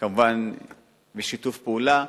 כמובן בשיתוף פעולה.